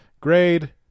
Grade